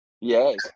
Yes